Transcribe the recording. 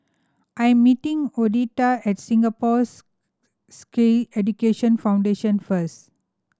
I'm meeting Odette at Singapore's Sikh Education Foundation first